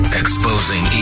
exposing